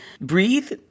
breathe